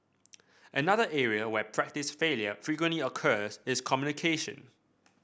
another area where practice failure frequently occurs is communication